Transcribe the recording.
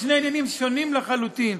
לשני עניינים שונים לחלוטין.